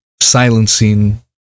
silencing